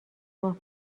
ماه